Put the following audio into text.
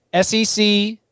SEC